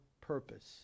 purpose